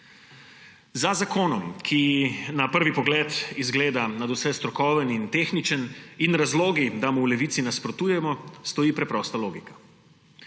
Za zakonom, ki na prvi pogled izgleda nadvse strokoven in tehničen, in razlogi, da mu v Levici nasprotujemo, stoji preprosta logika.